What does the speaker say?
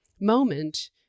moment